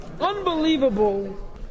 unbelievable